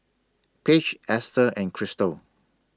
Paige Esther and Cristal